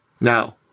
Now